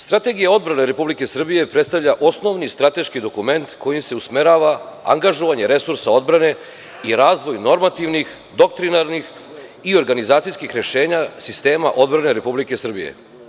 Strategija odbrane Republike Srbije predstavlja osnovni strateški dokument kojim se usmerava angažovanje resursa odbrane i razvoj normativnih, doktrinarnih i organizacijskih rešenja sistema odbrane Republike Srbije.